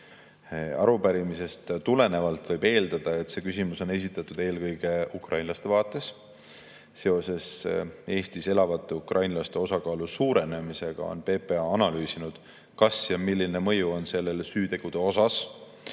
Arupärimisest tulenevalt võib eeldada, et see küsimus on esitatud eelkõige ukrainlasi [silmas pidades]. Seoses Eestis elavate ukrainlaste osakaalu suurenemisega on PPA analüüsinud, kas [ja kui, siis] milline mõju on sellel süütegude